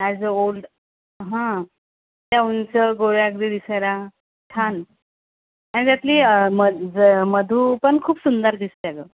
as ओल्ड हा त्या उंच गोऱ्या अगदी दिसायला छान आणि त्यातली मध मधुपण खूप सुंदर दिसते गं